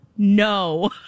No